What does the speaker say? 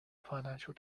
financial